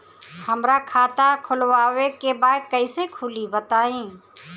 हमरा खाता खोलवावे के बा कइसे खुली बताईं?